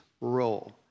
role